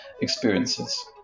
experiences